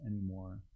anymore